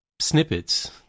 snippets